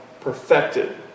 perfected